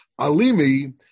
Alimi